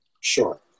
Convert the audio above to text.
Sure